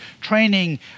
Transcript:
training